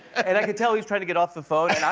and i can tell he's trying to get off the phone.